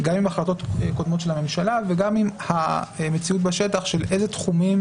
גם עם החלטות קודמות של הממשלה וגם עם המציאות בשטח של באיזה תחומים,